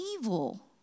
evil